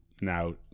now